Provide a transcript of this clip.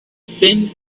thin